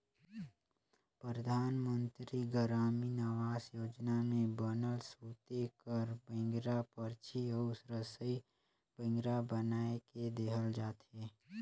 परधानमंतरी गरामीन आवास योजना में बनल सूते कर बइंगरा, परछी अउ रसई बइंगरा बनाए के देहल जाथे